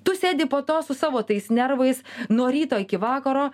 tu sėdi po to su savo tais nervais nuo ryto iki vakaro